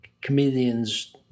comedians